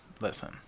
Listen